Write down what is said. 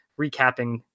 recapping